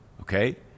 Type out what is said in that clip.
Okay